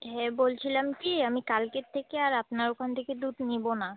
হ্যাঁ বলছিলাম কি আমি কালকের থেকে আর আপনার ওখান থেকে দুধ নেবো না